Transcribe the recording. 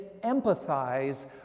empathize